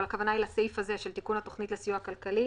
אבל הכוונה היא לסעיף הזה של התיקון לחוק לסיוע כלכלי